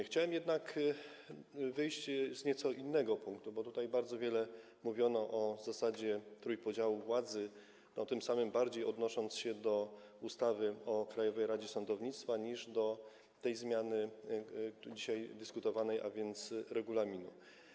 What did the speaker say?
Chciałbym jednak wyjść z nieco innego punktu, bo tutaj bardzo wiele mówiono o zasadzie trójpodziału władzy, a tym samym bardziej odnosząc się do ustawy o Krajowej Radzie Sądownictwa niż do zmiany dzisiaj dyskutowanej, a więc zmiany regulaminu.